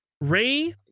Ray